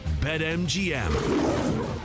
BetMGM